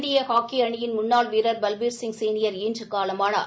இந்திய ஹாக்கி அணியின் முன்னாள் வீரர் பல்பீர்சிங் சீனியர் இன்று காலமானார்